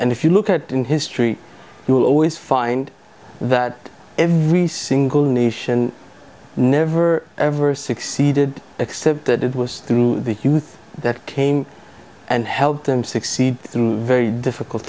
and if you look at in history you'll always find that every single nation never ever succeeded except that it was through the youth that came and helped them succeed in very difficult